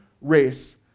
race